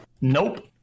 Nope